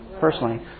Personally